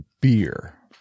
beer